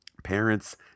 parents